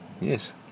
Yes